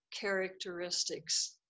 characteristics